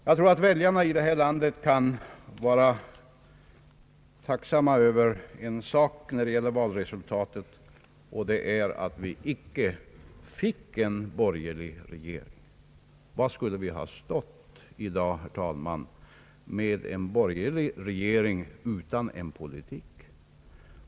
Jag tror att väljarna i det här landet kan vara tacksamma över en sak i fråga om valresultatet, nämligen att vi icke fick en borgerlig regering. Var skulle vi ha stått i dag, herr talman, med en borgerlig regering utan politik?